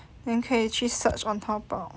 then 可以去 search on Taobao